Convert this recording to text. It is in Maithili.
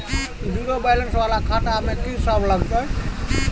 जीरो बैलेंस वाला खाता में की सब लगतै?